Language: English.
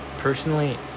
Personally